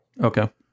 Okay